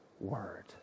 Word